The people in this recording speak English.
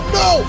no